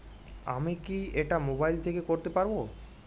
আমি কি এটা মোবাইল থেকে করতে পারবো?